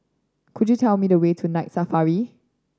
could you tell me the way to Night Safari